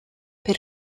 per